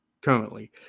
Currently